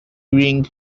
ring